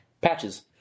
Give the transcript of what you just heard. Patches